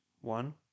one